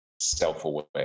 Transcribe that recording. self-aware